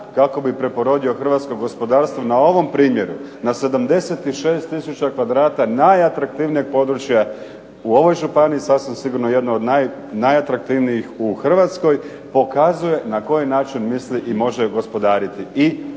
kako bi preporodio hrvatsko gospodarstvo na ovom primjeru na 76 tisuća kvadrata najatraktivnijeg područja u ovoj županiji sasvim sigurno jedno od najatraktivnijih u Hrvatskoj pokazuje na koji način misli i može gospodariti